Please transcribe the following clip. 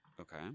Okay